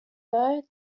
though